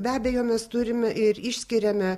be abejo mes turime ir išskiriame